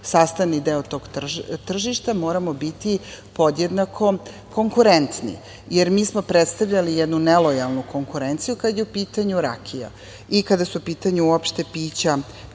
sastavni deo tog tržišta, moramo biti podjednako konkurentni, jer mi smo predstavljali jednu nelojalnu konkurenciju, kada je u pitanju rakija i kada su u pitanju